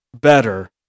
better